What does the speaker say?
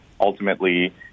ultimately